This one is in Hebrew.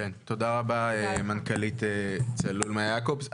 תודה רבה, מנכ"לית צלול, מאיה יעקבס.